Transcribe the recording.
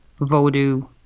Vodou